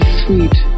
sweet